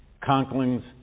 Conkling's